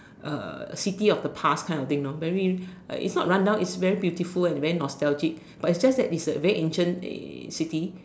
uh city of the past kind of thing know very like it's not run down it's very beautiful and very nostalgic but it's just that it's a very ancient uh city